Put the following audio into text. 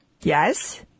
Yes